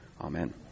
Amen